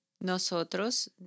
Nosotros